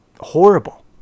horrible